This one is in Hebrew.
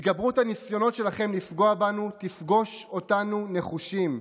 התגברות הניסיונות שלכם לפגוע בנו תפגוש אותנו נחושים.